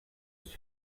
ist